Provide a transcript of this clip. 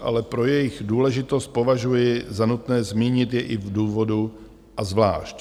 Ale pro jejich důležitost považuji za nutné zmínit je i v úvodu a zvlášť.